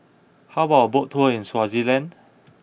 how about a boat tour in Swaziland